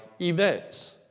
events